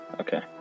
okay